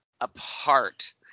apart